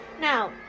Now